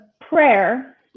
prayer